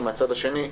ומהצד השני,